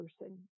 person